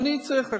ואני צריך עכשיו,